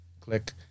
click